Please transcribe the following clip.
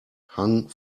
hung